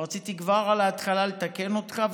אבל רציתי כבר על ההתחלה לתקן אותך.